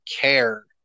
care